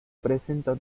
presenta